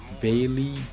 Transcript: Bailey